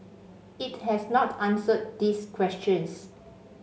it has not answered these questions